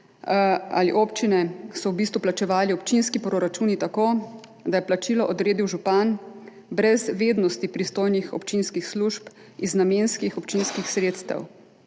ali občine, so v bistvu plačevali občinski proračuni tako, da je plačilo odredil župan brez vednosti pristojnih občinskih služb iz namenskihobčinskih sredstev.